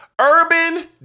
Urban